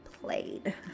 played